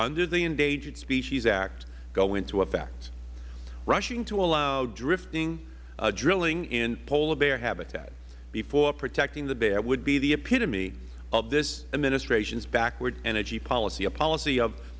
under the endangered species act go into effect rushing to allow drilling in polar bear habitat before protecting the bear would be the epitome of this administration's backward energy policy a policy of